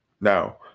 Now